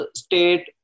state